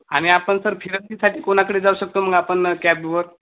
आणि आपण सर फिरंतीसाठी कोणाकडे जाऊ शकतो मग आपण कॅबवर